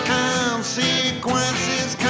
consequences